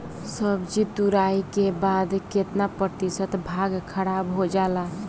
सब्जी तुराई के बाद केतना प्रतिशत भाग खराब हो जाला?